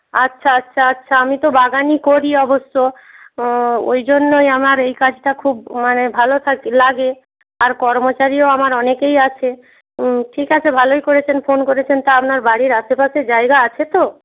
আচ্ছা আচ্ছা আচ্ছা আমি তো বাগানই করি অবশ্য ওই জন্যই আমার এই কাজটা খুব মানে ভালো লাগে আর কর্মচারীও আমার অনেকেই আছে ঠিক আছে ভালোই করেছেন ফোন করেছেন তা আপনার বাড়ির আশেপাশে জায়গা আছে তো